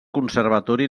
conservatori